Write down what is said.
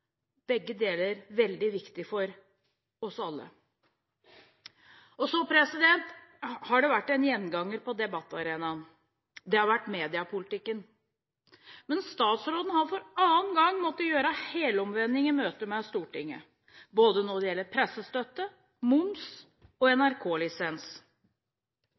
begge deler veldig viktig for oss alle. En gjenganger på debattarenaen har vært mediepolitikken, men statsråden har for annen gang måttet gjøre helomvending i møte med Stortinget når det gjelder både pressestøtte, moms og